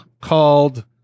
called